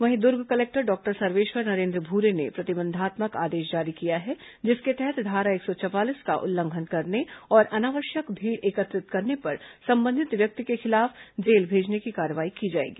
वहीं Durg collector doctor Sarveshwar Narendra Bhure ने प्रतिबंधात्मक आदेश जारी किया है जिसके तहत धारा एक सौ चवालीस का उल्लंघन करने और अनावश्यक भीड़ एकत्रित करने पर संबंधित व्यक्ति को खिलाफ जेल भेजने की कार्रवाई की जाएगी